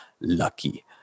lucky